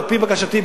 על-פי בקשתי,